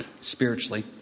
spiritually